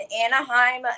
Anaheim